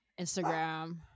Instagram